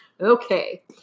Okay